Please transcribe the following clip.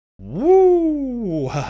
Woo